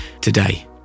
Today